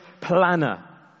planner